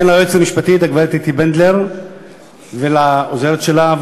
ליועצת המשפטית הגברת אתי בנדלר ולעוזרת שלה,